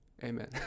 amen